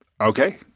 Okay